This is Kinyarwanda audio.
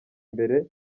mbere